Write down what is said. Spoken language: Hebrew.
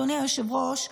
אדוני היושב-ראש,